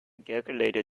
calculator